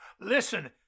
Listen